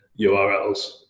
urls